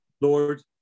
lord